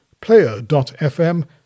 Player.fm